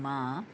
मां